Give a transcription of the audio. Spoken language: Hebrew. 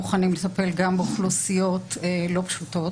מוכנים לטפל גם באוכלוסיות לא פשוטות.